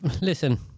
listen